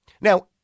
Now